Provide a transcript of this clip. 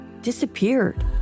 disappeared